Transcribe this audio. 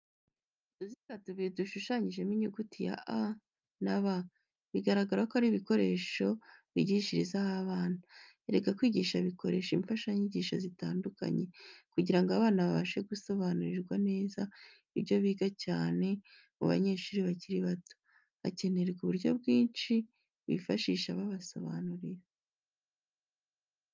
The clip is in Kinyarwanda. Utuziga tubiri dushushanyijemo inyuguti ya A Na B, bigaragara ko aribikoresho bigishirizaho abana. Erega kwigisha bakoresha imfashanyigisho zitandukanye, kugira ngo abana babashe gusobanukirwa neza ibyo biga cyane mu banyeshuri bakiri bato, hakenerwa uburyo bwishi. bifashisha babasobanurira.